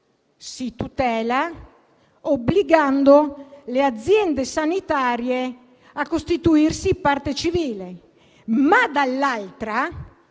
si tutela obbligando le aziende sanitarie a costituirsi parte civile; dall'altra,